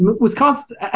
Wisconsin